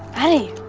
addie.